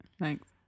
Thanks